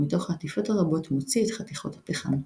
ומתוך העטיפות הרבות מוציא את חתיכות הפחם.